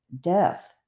death